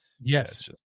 Yes